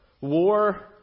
War